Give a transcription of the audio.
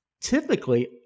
typically